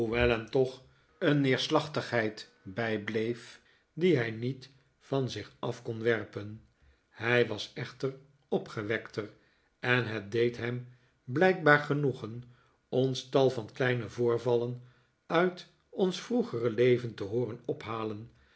hem toch een neerslachtigheid bijbleef die hij niet van zich af kon werpen hij was echter opgewekter en het deed hem blijkbaar genoegen ons tal van kleine voorvallen uit ons vroegere leven te hooren ophaleh